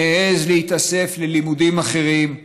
שמעז להתאסף ללימודים אחרים,